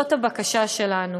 זאת הבקשה שלנו."